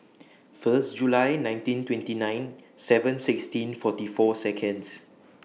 First July nineteen twenty nine seven sixteen forty four Seconds